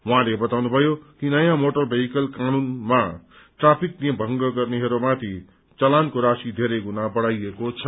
उहाँले बताउनुभयो कि नयाँ मोटर भेहिकल कानूनमा ट्राफिक नियम भंग गर्नेहरूमाथि चलानको राशि धेरै गुणा बढ़ाइएको छ